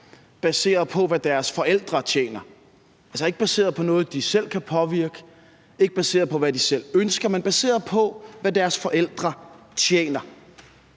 baseret på hvad deres forældre tjener, altså ikke baseret på noget, de selv kan påvirke, ikke baseret på, hvad de selv ønsker, men baseret på, hvad deres forældre tjener.